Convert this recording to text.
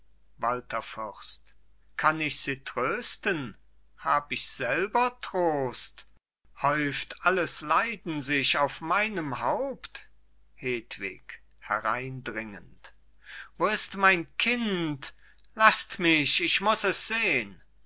fürst kann ich sie trösten hab ich selber trost häuft alles leiden sich auf meinem haupt hedwig hereindringend wo ist mein kind lasst mich ich muss es sehn